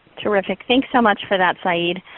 terrific. thanks so much for that saeed.